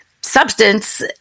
substance